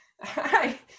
Hi